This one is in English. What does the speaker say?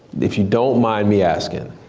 if you don't mind me asking,